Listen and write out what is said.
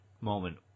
moment